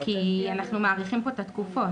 כי אנחנו מאריכים פה את התקופות.